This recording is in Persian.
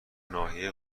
ناحیه